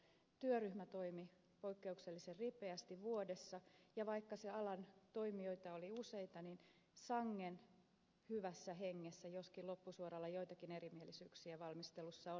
työryhmä toimi poikkeuksellisen ripeästi vuodessa ja vaikka alan toimijoita oli useita sangen hyvässä hengessä joskin loppusuoralla joitakin erimielisyyksiä valmistelussa oli